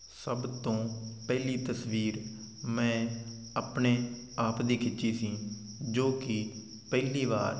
ਸਭ ਤੋਂ ਪਹਿਲੀ ਤਸਵੀਰ ਮੈਂ ਆਪਣੇ ਆਪ ਦੀ ਖਿੱਚੀ ਸੀ ਜੋ ਕਿ ਪਹਿਲੀ ਵਾਰ